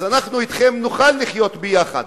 אז אנחנו אתכם נוכל לחיות יחד,